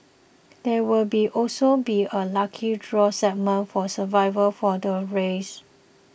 there will also be a lucky draw segment for survivors for the race